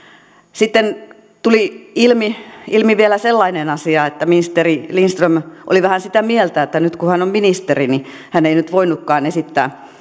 sitten tuli ilmi ilmi vielä sellainen asia että ministeri lindström oli vähän sitä mieltä että nyt kun hän on ministeri niin hän ei voinutkaan esittää